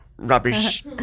Rubbish